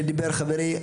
כמו שדיבר חברי,